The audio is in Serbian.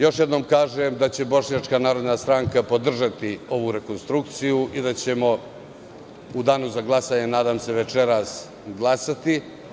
Još jednom kažem da će Bošnjačka narodna stranka podržati ovu rekonstrukciju i da ćemo u danu za glasanje, nadam se večeras, glasati.